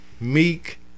Meek